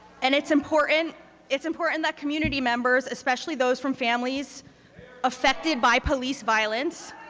and it's important it's important that community members, especially those from families affected by police violence